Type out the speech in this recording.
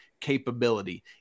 capability